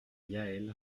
yaël